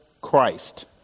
Christ